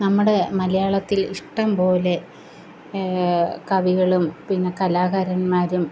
നമ്മുടെ മലയാളത്തില് ഇഷ്ടംപോലെ കവികളും പിന്നെ കലാകാരന്മാരും